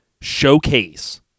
showcase